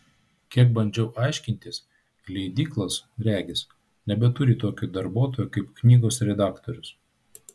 kiek bandžiau aiškintis leidyklos regis nebeturi tokio darbuotojo kaip knygos redaktorius